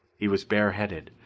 he was bare-headed,